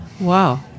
Wow